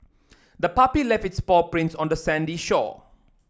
the puppy left its paw prints on the sandy shore